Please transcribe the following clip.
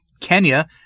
Kenya